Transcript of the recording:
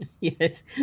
Yes